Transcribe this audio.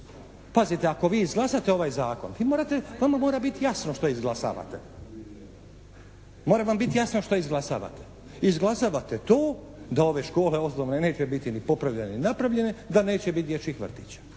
biti jasno što izglasavate. Mora vam biti jasno što izglasavate! Izglasavate to da ove škole osnovne neće biti ni popravljene ni napravljene, da neće biti dječjih vrtića.